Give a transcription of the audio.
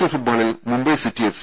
L ഫുട്ബോളിൽ Mumbai city F